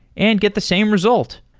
and get the same result,